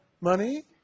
money